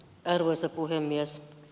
arvoisa puhemies